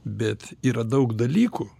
bet yra daug dalykų